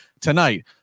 Tonight